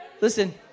Listen